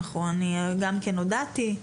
אני גם הודעתי,